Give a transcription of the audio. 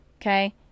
okay